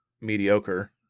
mediocre